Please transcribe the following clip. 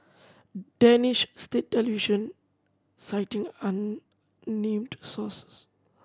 Danish state television citing unnamed sources